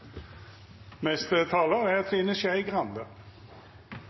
Neste talar er